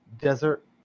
desert